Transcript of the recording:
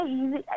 easy